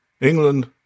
England